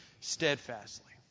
steadfastly